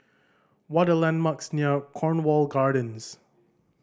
what are the landmarks near Cornwall Gardens